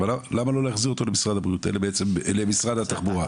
אבל למה לא להחזיר אותו למשרד התחבורה.